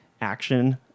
action